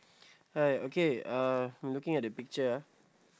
hi okay uh looking at the picture ah